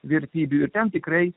vertybių ten tikrai